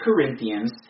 Corinthians